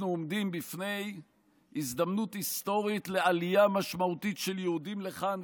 אנחנו עומדים בפני הזדמנות היסטורית לעלייה משמעותית של יהודים לכאן,